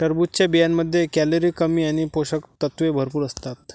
टरबूजच्या बियांमध्ये कॅलरी कमी आणि पोषक तत्वे भरपूर असतात